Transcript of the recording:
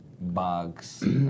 bugs